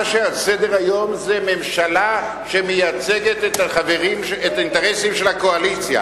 מה שעל סדר-היום זה ממשלה שמייצגת את האינטרסים של הקואליציה.